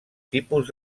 tipus